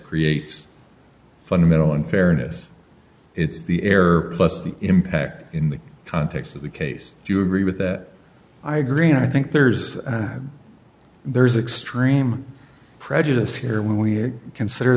creates fundamental unfairness it's the error plus the impact in the context of the case do you agree with that i agree and i think there's there's extreme prejudice here when we consider